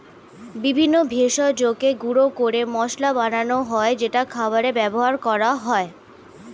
বিভিন্ন ভেষজকে গুঁড়ো করে মশলা বানানো হয় যেটা খাবারে ব্যবহার করা হয়